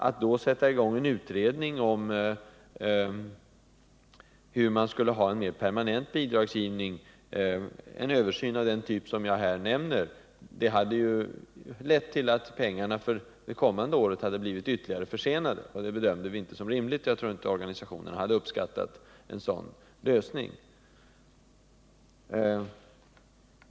Att då sätta i gång en utredning om en mer permanent bidragsgivning — en översyn av den typ som jag här nämnt — hade lett till att pengarna för det kommande året hade blivit ytterligare försenade. Det bedömde vi inte som rimligt, och jag tror inte att organisationerna hade uppskattat en sådan lösning.